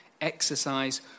exercise